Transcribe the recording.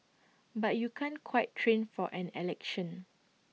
but you can't quite train for an election